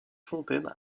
fontaine